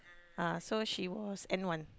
ah so she was N-one